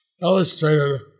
illustrated